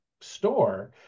store